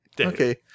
Okay